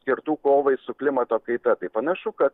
skirtų kovai su klimato kaita tai panašu kad